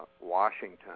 Washington